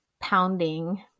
pounding